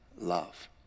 love